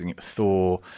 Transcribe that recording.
Thor